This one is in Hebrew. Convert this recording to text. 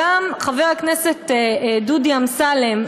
גם חבר הכנסת דודי אמסלם,